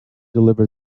deliver